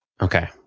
okay